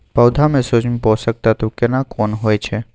पौधा में सूक्ष्म पोषक तत्व केना कोन होय छै?